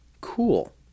Cool